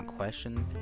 questions